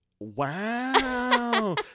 wow